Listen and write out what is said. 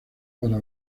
para